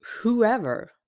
whoever